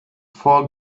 vor